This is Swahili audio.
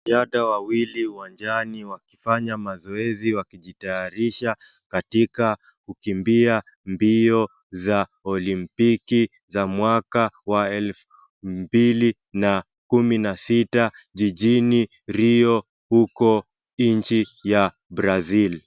Wanariadha wawili uwanjani wakifanya mazoezi, wakijitayarisha katika kukimbia mbio za olimpiki za mwaka wa elfu mbili na kumi na sita jijini Rio, huko nchini ya Brazil.